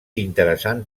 interessant